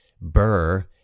Burr